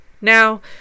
Now